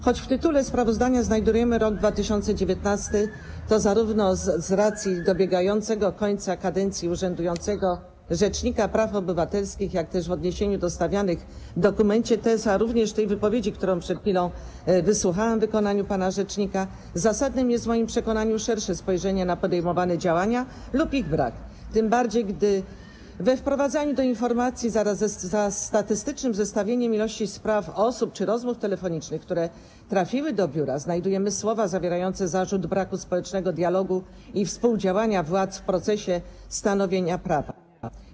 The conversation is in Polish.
Choć w tytule sprawozdania znajdujemy rok 2019, to zarówno z racji dobiegającej do końca kadencji urzędującego rzecznika praw obywatelskich, jak i w odniesieniu do stawianych w dokumencie tez, również w tej wypowiedzi, której przed chwilą wysłuchałam w wykonaniu pana rzecznika, zasadnym jest w moim przekonaniu szersze spojrzenie na podejmowane działania lub ich brak, tym bardziej że we wprowadzeniu do informacji, zaraz za statystycznym zestawieniem ilości spraw, osób czy rozmów telefonicznych, które trafiły do biura, znajdujemy słowa zawierające zarzut braku społecznego dialogu i współdziałania władz w procesie stanowienia prawa.